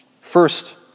First